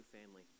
family